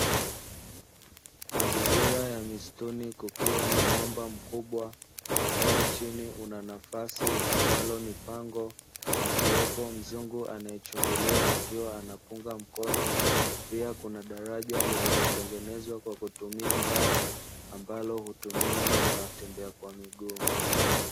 Mazingira ya msituni kukiwa na mwamba mkubwa ambao chini una nafasi ambalo ni pango, akiwepo mzungu anayechungulia akiwa anapunga mkono. Pia kuna daraja lililotengenezwa kwa kutumia mbao ambalo hutumiwa na watembea kwa miguu.